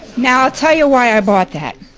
now i'll tell you why i bought that.